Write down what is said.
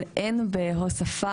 אבל אין בהוספה,